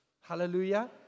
Hallelujah